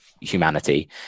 humanity